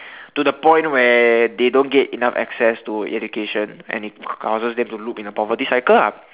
to the point where they don't get enough access to education and it causes them to loop in a poverty cycle ah